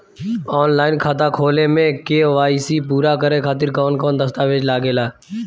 Online खाता खोले में के.वाइ.सी पूरा करे खातिर कवन कवन दस्तावेज लागे ला?